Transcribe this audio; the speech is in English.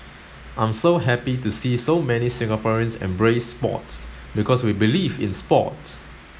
I'm so happy to see so many Singaporeans embrace sports because we believe in sport